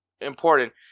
important